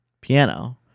piano